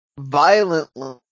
violently